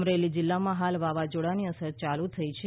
અમરેલી જિલ્લામાં હાલ વાવાઝોડાની અસર યાલુ થઇ છે